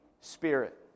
Spirit